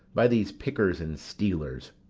by these pickers and stealers.